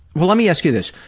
well, let me ask you this.